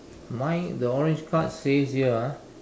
mine the orange cards says her ah